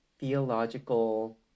theological